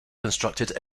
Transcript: constructed